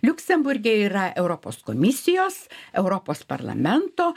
liuksemburge yra europos komisijos europos parlamento